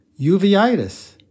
Uveitis